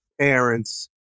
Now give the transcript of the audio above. parents